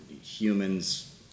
humans